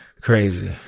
Crazy